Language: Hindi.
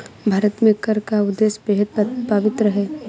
भारत में कर का उद्देश्य बेहद पवित्र है